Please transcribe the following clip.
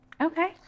Okay